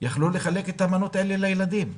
יכלו לחלק את המנות האלה לילדים.